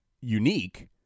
unique